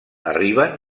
arriben